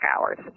hours